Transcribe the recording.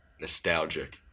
nostalgic